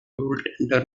goaltender